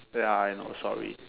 oh ya I know sorry